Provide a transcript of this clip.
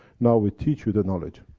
now, we teach you the knowledge.